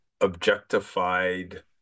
objectified